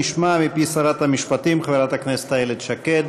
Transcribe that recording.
נשמע מפי שרת המשפטים חברת הכנסת איילת שקד.